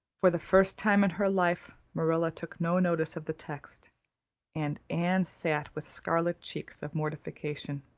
for the first time in her life marilla took no notice of the text and anne sat with scarlet cheeks of mortification.